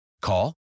Call